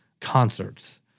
concerts